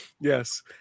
Yes